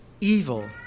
evil